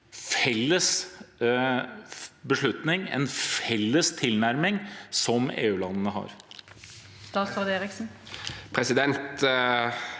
felles beslutning, en felles tilnærming, som EUlandene har?